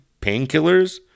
painkillers